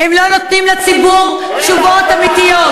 הם לא נותנים לציבור תשובות אמיתיות,